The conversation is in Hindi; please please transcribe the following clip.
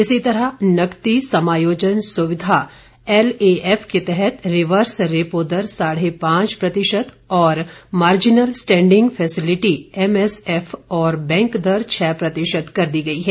इसी तरह नकदी समायोजन सुविधा एलएएफ के तहत रिवर्स रेपो दर साढे पांच प्रतिशत और मार्जिनल स्टैंडिंग फैसेलिटी एमएसएफ और बैंक दर छह प्रतिशत कर दी गई है